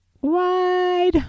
wide